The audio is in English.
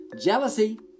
jealousy